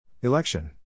Election